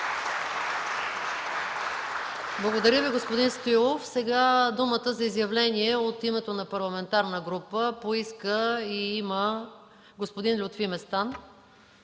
Благодаря Ви, господин Стоилов. Сега думата за изявление от името на парламентарна група поиска и има господин Лютви Местан.